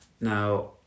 Now